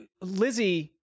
Lizzie